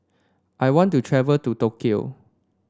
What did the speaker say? I want to travel to Tokyo